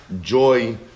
joy